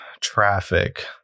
traffic